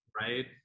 right